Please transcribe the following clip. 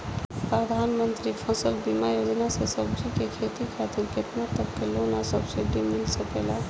प्रधानमंत्री फसल बीमा योजना से सब्जी के खेती खातिर केतना तक के लोन आ सब्सिडी मिल सकेला?